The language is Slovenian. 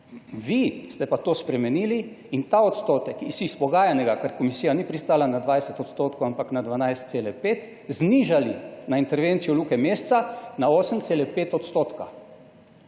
Vi ste pa to spremenili in ta odstotek iz izpogajanega, ker komisija ni pristala na 20 odstotkov, ampak na 12,5, znižali na intervencijo Luke Mesca na 8,5 odstotka.